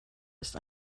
ist